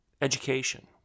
Education